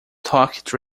toque